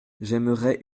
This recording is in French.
j’aimerais